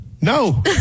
No